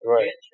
Right